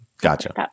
Gotcha